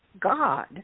god